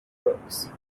books